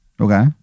okay